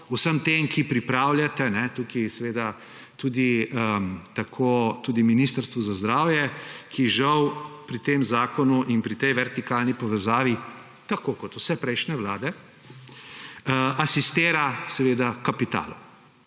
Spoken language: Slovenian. vsem tem, ki to pripravljate, tudi Ministrstvu za zdravje, ki žal pri tem zakonu in pri tej vertikalni povezavi, tako kot vse prejšnje vlade, asistira kapitalu